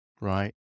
right